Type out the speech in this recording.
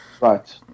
Right